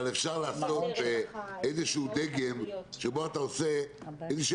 אבל אפשר לעשות איזשהו דגם שבו אתה עושה איזושהי